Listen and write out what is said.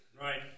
Right